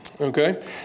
Okay